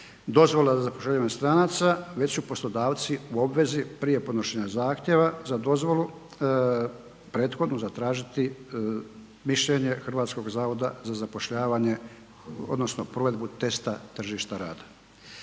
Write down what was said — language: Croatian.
dozvola za zapošljavanje stranca već su poslodavci u obvezi prije podnošenja zahtjeva za dozvolu prethodnu zatražiti mišljenje HZZ-a odnosno provedbu testa tržišta rada.